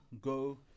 go